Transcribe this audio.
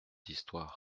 histoires